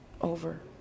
over